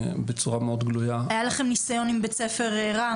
היה לכם ניסיון עם בית ספר ראמה.